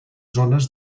zones